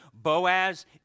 Boaz